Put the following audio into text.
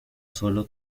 sólo